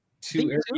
two